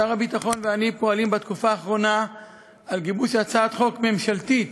שר הביטחון ואני פועלים בתקופה האחרונה לגיבוש הצעת חוק ממשלתית